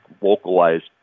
vocalized